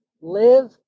Live